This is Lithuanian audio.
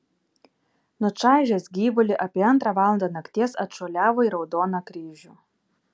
nučaižęs gyvulį apie antrą valandą nakties atšuoliavo į raudoną kryžių